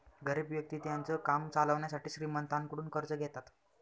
गरीब व्यक्ति त्यांचं काम चालवण्यासाठी श्रीमंतांकडून कर्ज घेतात